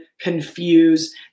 confuse